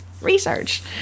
Research